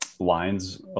Lines